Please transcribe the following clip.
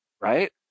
right